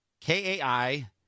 K-A-I